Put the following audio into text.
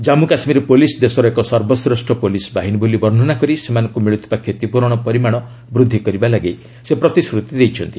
Jammu Kashmir police ଦେଶର ଏକ ସର୍ବଶ୍ରେଷ୍ଠ ପୁଲିସ ବାହିନୀ ବୋଲି ବର୍ଷନା କରି ସେମାନଙ୍କୁ ମିଳୁଥିବା କ୍ଷତିପୂରଣ ପରିମାଣ ବୃଦ୍ଧି କରିବାକୁ ସେ ପ୍ରତିଶ୍ରତି ଦେଇଛନ୍ତି